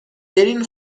برین